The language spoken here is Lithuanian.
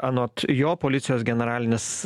anot jo policijos generalinis